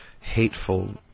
hateful